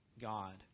God